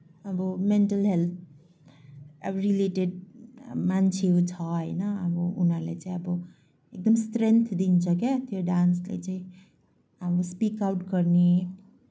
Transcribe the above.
अब mental health अब related अब मान्छेहरू छ होइन अब उनीहरूले चाहिँ अब एकदम स्ट्रेङ्थ दिन्छ क्या त्यो डान्सले चाहिँ अब स्पिकआउट गर्ने